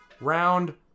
Round